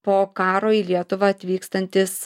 po karo į lietuvą atvykstantys